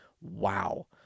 Wow